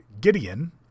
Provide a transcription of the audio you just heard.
Gideon